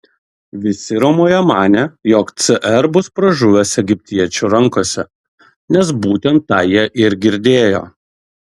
visi romoje manė jog cr bus pražuvęs egiptiečių rankose nes būtent tą jie ir girdėjo